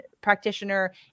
practitioner